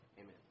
Amen